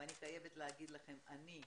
ואני חייבת לומר לכם שאני,